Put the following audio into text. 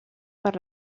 per